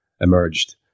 emerged